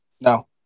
No